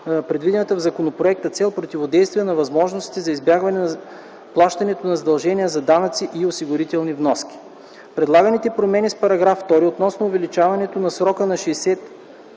предвидената в законопроекта цел – противодействие на възможностите за избягване на плащането на задължения за данъци и осигурителни вноски. Предлаганите промени с § 2, относно увеличаването на срока на